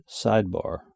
sidebar